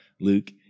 Luke